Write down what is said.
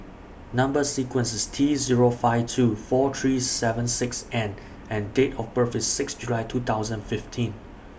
Number sequence IS T Zero five two four three seven six N and Date of birth IS six July two thousand fifteen